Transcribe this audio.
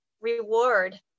reward